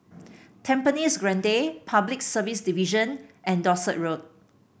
Tampines Grande Public Service Division and Dorset Road